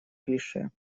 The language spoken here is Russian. клише